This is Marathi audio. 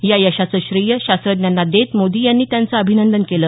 या यशाचं श्रेय शास्त्रज्ञांना देत मोदी यांनी त्यांचं अभिनंदन केलं